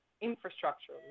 infrastructure